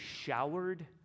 showered